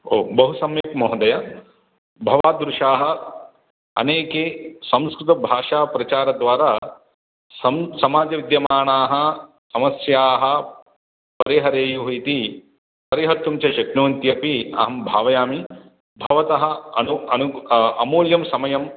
ओ बहुसम्यक् महोदय भवादृशाः अनेके संस्कृतभाषाप्रचारद्वारा सम् समाजे विद्यमानाः समस्याः परिहरेयुः इति परिहर्तुं च शक्नुवन्ति अपि अहं भावयामि भवतः अमूल्यं समयम्